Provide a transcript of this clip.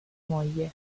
moglie